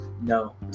No